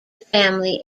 family